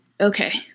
Okay